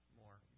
more